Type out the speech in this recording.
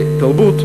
ותרבות.